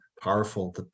powerful